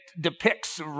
depicts